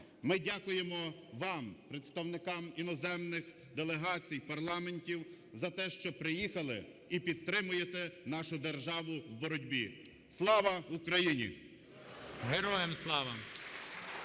Ми дякуємо вам, представникам іноземних делегацій парламентів, за те, що приїхали і підтримуєте нашу державу у боротьбі. Слава Україні! ГОЛОВУЮЧИЙ.